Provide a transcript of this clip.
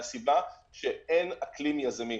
מהסיבה שאין אקלים יזמי.